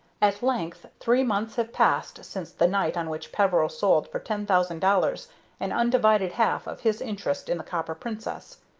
at length three months have passed since the night on which peveril sold for ten thousand dollars an undivided half of his interest in the copper princess.